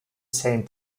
same